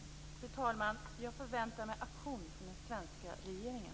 Fru talman! Jag förväntar mig aktion från den svenska regeringen.